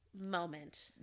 moment